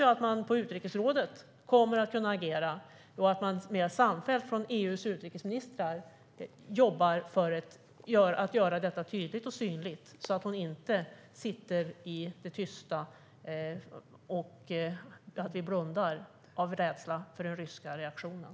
Jag hoppas att utrikesrådet kommer att agera och att EU:s utrikesministrar mer samfällt kommer att jobba för att göra denna fråga tydlig och synlig så att Nadija inte sitter fängslad i det tysta, så att vi inte blundar av rädsla för den ryska reaktionen.